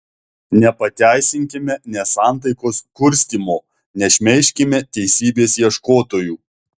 nepateisinkime nesantaikos kurstymo nešmeižkime teisybės ieškotojų